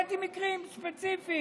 הבאתי מקרים ספציפיים.